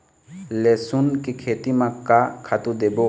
लेसुन के खेती म का खातू देथे?